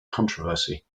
controversy